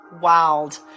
Wild